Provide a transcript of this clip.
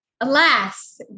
Alas